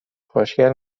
خوشگل